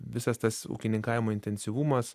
visas tas ūkininkavimo intensyvumas